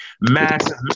massive